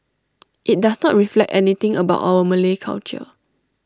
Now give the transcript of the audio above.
IT does not reflect anything about our Malay culture